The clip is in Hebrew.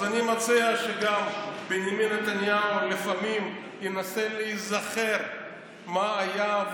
אז אני מציע שבנימין נתניהו ינסה לפעמים להיזכר מה היה,